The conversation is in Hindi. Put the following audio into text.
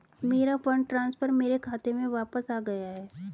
मेरा फंड ट्रांसफर मेरे खाते में वापस आ गया है